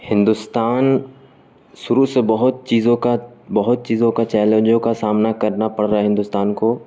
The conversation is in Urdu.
ہندوستان شروع سے بہت چیزوں کا بہت چیزوں کا چیلنجوں کا سامنا کرنا پڑ رہا ہے ہندوستان کو